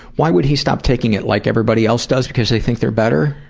why would he stop taking it? like everybody else does, because they think they're better?